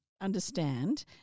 understand